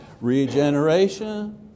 Regeneration